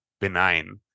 benign